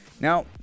Now